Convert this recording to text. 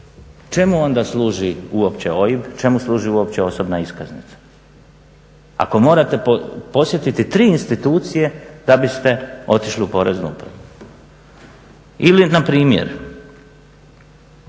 Čemu onda služi uopće OIB, čemu služi uopće osobna iskaznica? Ako morate posjetiti tri institucije da biste otišli u Poreznu upravu. Ili na primjer,